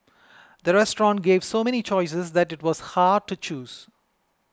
the restaurant gave so many choices that it was hard to choose